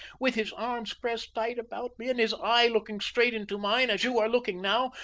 with his arms pressed tight about me and his eye looking straight into mine as you are looking now,